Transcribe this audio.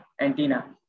antenna